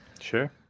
Sure